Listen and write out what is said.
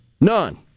none